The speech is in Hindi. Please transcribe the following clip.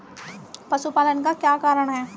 पशुपालन का क्या कारण है?